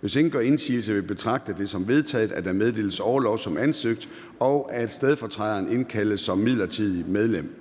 Hvis ingen gør indsigelse, vil jeg betragte det som vedtaget, at der meddeles orlov som ansøgt, og at stedfortræderen indkaldes som midlertidigt medlem.